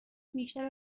بیشتر